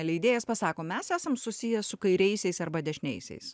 leidėjas pasako mes esam susiję su kairiaisiais arba dešiniaisiais